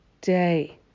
day